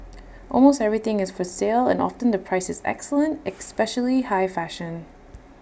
almost everything is for sale and often the price is excellent especially high fashion